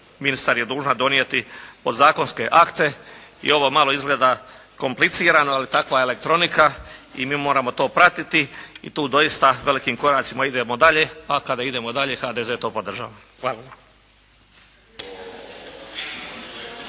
ministar je dužan donijeti podzakonske akte i ovo malo izgleda komplicirano, ali takva je elektronika i mi moramo to pratiti i tu doista velikim koracima idemo dalje, a kada idemo dalje HDZ to podržava. Hvala.